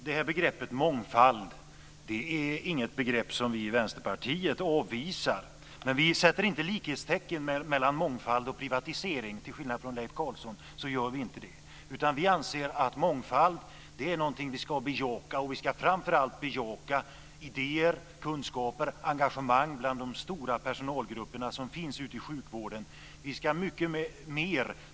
Fru talman! Mångfald är inget begrepp som vi i Vänsterpartiet avvisar. Men vi sätter inte likhetstecken mellan mångfald och privatisering, till skillnad från Leif Carlson. Vi anser att vi ska bejaka mångfald. Vi ska framför allt bejaka idéer, kunskaper och engagemang hos de stora personalgrupper som finns ute i sjukvården.